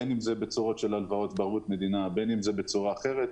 בין אם זה בצורה של הלוואות בערבות מדינה ובין אם בצורות אחרות.